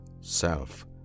self